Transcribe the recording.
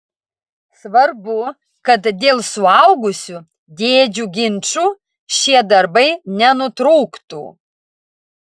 svarbu kad dėl suaugusių dėdžių ginčų šie darbai nenutrūktų